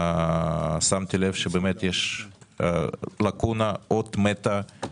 שמתי לב שיש לקונה, אות מתה.